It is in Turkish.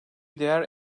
diğer